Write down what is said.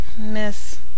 miss